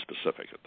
specific